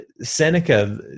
Seneca